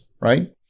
right